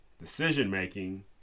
decision-making